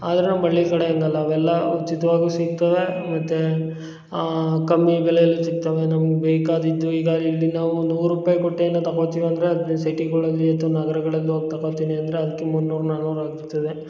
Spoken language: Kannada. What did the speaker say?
ಆದರೆ ನಮ್ಮ ಹಳ್ಳಿ ಕಡೆ ಹಂಗಲ್ಲ ಅವೆಲ್ಲ ಉಚಿತವಾಗೂ ಸಿಗ್ತವೆ ಮತ್ತು ಕಮ್ಮಿ ಬೆಲೆಯಲ್ಲಿ ಸಿಗ್ತವೆ ನಮ್ಗೆ ಬೇಕಾದಿದ್ದು ಈಗ ಇಲ್ಲಿ ನಾವು ನೂರು ರೂಪಾಯಿ ಕೊಟ್ಟು ಏನೋ ತಗೋತೀವಂದರೆ ಅಲ್ಲಿ ಸಿಟಿಗುಳಲ್ಲಿ ಅಥ್ವ ನಗರಗಳಲ್ಲಿ ಹೋಗಿ ತಗೋತಿನಿ ಅಂದರೆ ಅದಕ್ಕೆ ಮುನ್ನೂರು ನಾನೂರು ಆಗಿರ್ತದೆ